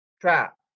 Trap